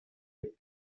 app